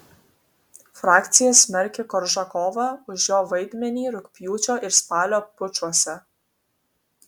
frakcija smerkia koržakovą už jo vaidmenį rugpjūčio ir spalio pučuose